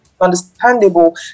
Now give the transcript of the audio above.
understandable